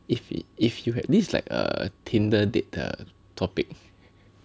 if you this like a Tinder date the topic